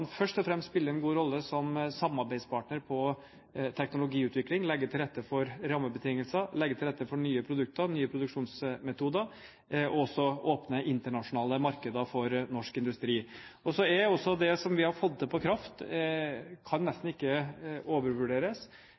først og fremst spiller en god rolle som samarbeidspartner innen teknologiutvikling, og når det gjelder i å legge til rette for rammebetingelser, nye produkter og nye produksjonsmetoder, og også å åpne internasjonale markeder for norsk industri. Så er det også slik at det vi har fått til på kraft, kan nesten ikke overvurderes.